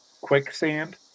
quicksand